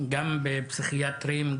גם בפסיכיאטרים,